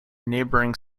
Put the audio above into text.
neighbouring